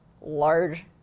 large